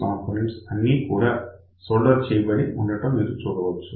components అన్నీ కూడా solder చేయబడి ఉండటం మీరు గమనించవచ్చు